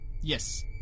Yes